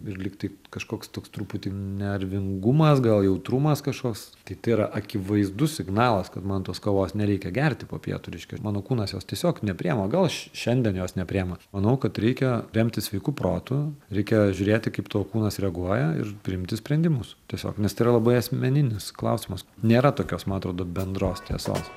ir lygtai kažkoks toks truputį nervingumas gal jautrumas kažkas tai tai yra akivaizdus signalas kad man tos kavos nereikia gerti po pietų reiškia mano kūnas jos tiesiog nepriima gal aš šiandien jos nepriima manau kad reikia remtis sveiku protu reikia žiūrėti kaip tavo kūnas reaguoja ir priimti sprendimus tiesiog nes tai yra labai asmeninis klausimas nėra tokios man atrodo bendros tiesos